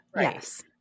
Yes